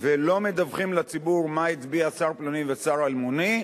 ולא מדווחים לציבור מה הצביע שר פלוני ושר אלמוני,